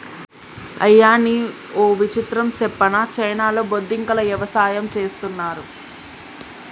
అయ్యనీ ఓ విచిత్రం సెప్పనా చైనాలో బొద్దింకల యవసాయం చేస్తున్నారు